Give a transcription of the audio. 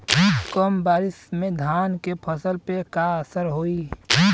कम बारिश में धान के फसल पे का असर होई?